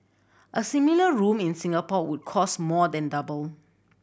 a similar room in Singapore would cost more than double